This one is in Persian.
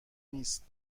نیست